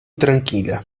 tranquila